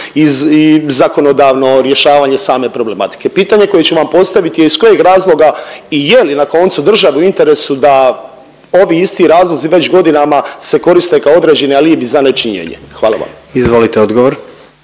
i zakonodavno rješavanje same problematike. Pitanje koje ću vam postaviti je iz kojeg razloga i je li na koncu državi u interesu da ovi isti razlozi već godinama se koriste kao određeni alibi za nečinjenje? Hvala vam. **Jandroković,